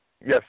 Yes